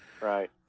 Right